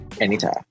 anytime